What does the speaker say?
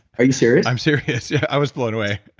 are you serious? i'm serious. i was blown away.